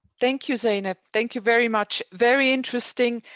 thank you, zain. ah thank you very much. very interesting.